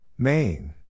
Main